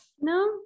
No